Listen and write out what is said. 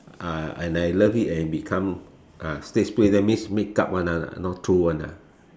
uh and I love it and become ah stage play that means make up one ah not true one ah